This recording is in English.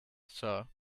sir